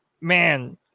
man